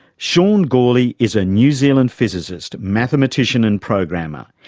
sean gourley is a new zealand physicist, mathematician and programmer.